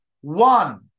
One